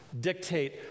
dictate